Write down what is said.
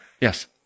Yes